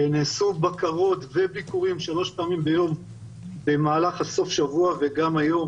נעשו בקרות וביקורים שלוש פעמים ביום במהלך סוף השבוע וגם היום,